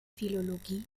philologie